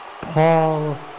Paul